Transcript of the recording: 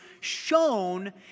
shown